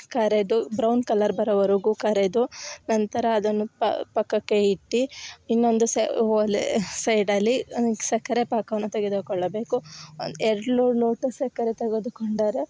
ಕರಿದು brown colour ಬರೋವರಗು ಕರಿದು ನಂತರ ಅದನ್ನು ಪಕ್ಕಕೆಯಿಟ್ಟು ಇನ್ನೊಂದು ಸೆ ಒಲೆ ಸೈಡಲ್ಲಿ ಸಕ್ಕರೆ ಪಾಕವನ್ನು ತೆಗೆದುಕೊಳ್ಳಬೇಕು ಎರಡು ಲೋಟ ಸಕ್ಕರೆ ತೆಗೆದುಕೊಂಡರೆ